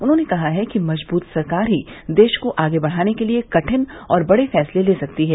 उन्होंने कहा कि मजबूत सरकार ही देश को आगे बढ़ाने के लिए कठिन और बड़े फैसले ले सकती है